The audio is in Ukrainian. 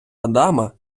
адама